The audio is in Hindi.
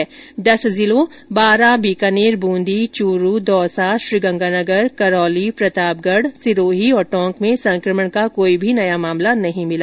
वहीं दस जिलों बारां बीकानेर बूंदी चूरू दौसा श्रीगंगानर करौली प्रतापगढ़ सिरोही और टोंक में संकमण का कोई भी नया मामला नहीं मिला